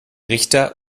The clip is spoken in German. richter